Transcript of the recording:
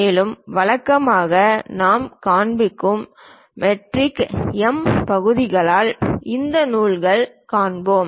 மேலும் வழக்கமாக நாம் காண்பிக்கும் மெட்ரிக் எம் பகுதிகளால் இந்த நூல்களைக் காண்பிப்போம்